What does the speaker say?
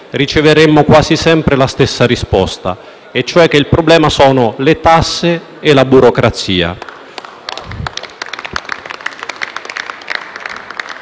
riceveremmo quasi sempre la stessa risposta e cioè che il problema sono le tasse e la burocrazia.